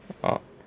oh